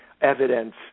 evidence